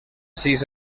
sis